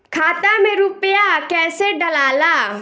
खाता में रूपया कैसे डालाला?